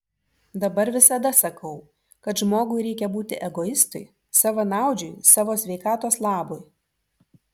dabar visada sakau kad žmogui reikia būti egoistui savanaudžiui savo sveikatos labui